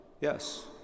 yes